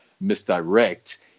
misdirect